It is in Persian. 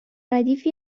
ردیفی